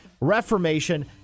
Reformation